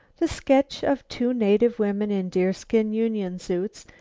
the sketch of two native women in deerskin unionsuits,